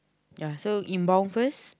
ya so inbound first